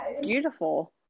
beautiful